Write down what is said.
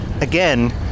Again